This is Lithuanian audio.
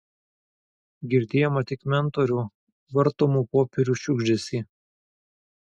girdėjome tik mentorių vartomų popierių šiugždesį